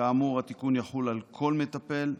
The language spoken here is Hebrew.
כאמור, התיקון יחול על כל מטפל.